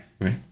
Right